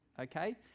okay